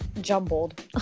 jumbled